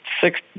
Six